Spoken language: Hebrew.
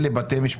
לא הבנתי.